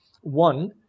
One